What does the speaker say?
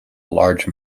large